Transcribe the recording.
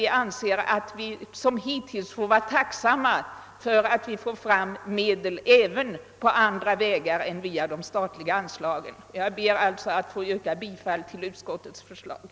I stället har vi sagt att vi får vara tacksamma för att det går att få fram medel även på andra vägar än via de statliga anslagen. Herr talman! Jag ber att få yrka bifall till utskottets hemställan.